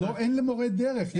אין למורי דרך.